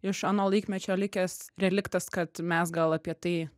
iš ano laikmečio likęs reliktas kad mes gal apie tai